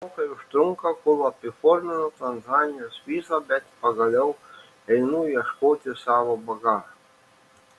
ilgokai užtrunka kol apiforminu tanzanijos vizą bet pagaliau einu ieškoti savo bagažo